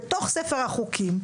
בתוך ספר החוקים,